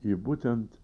į būtent